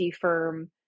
firm